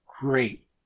great